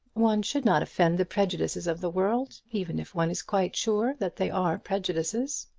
one should not offend the prejudices of the world, even if one is quite sure that they are prejudices.